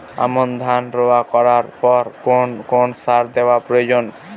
আমন ধান রোয়া করার পর কোন কোন সার দেওয়া প্রয়োজন?